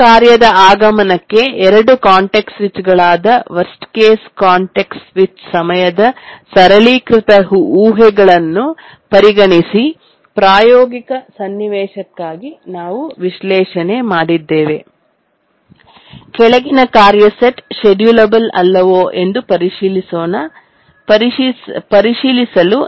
ಪ್ರತಿ ಕಾರ್ಯದ ಆಗಮನಕ್ಕೆ ಎರಡು ಕಾಂಟೆಕ್ಸ್ಟ್ ಸ್ವಿಚ್ಗಳಾದ ವರ್ಸ್ಟ್ ಕೇಸ್ ಕಾಂಟೆಕ್ಸ್ಟ್ ಸ್ವಿಚ್ ಸಮಯದ ಸರಳೀಕೃತ ಊಹೆಗಳನ್ನು ಪರಿಗಣಿಸಿ ಪ್ರಾಯೋಗಿಕ ಸನ್ನಿವೇಶಕ್ಕಾಗಿ ನಾವು ವಿಶ್ಲೇಷಣೆ ಮಾಡಿದ್ದೇವೆ ಕೆಳಗಿನ ಕಾರ್ಯ ಸೆಟ್ ಶೆಡ್ಯೂಲಬೆಲ್ ಅಲ್ಲವೋ ಎಂದು ಪರಿಶೀಲಿಸೋಣ ಪರಿಶೀಲಿಸಲು